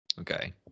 Okay